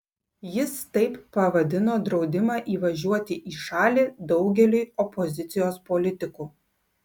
jis taip pavadino draudimą įvažiuoti į šalį daugeliui opozicijos politikų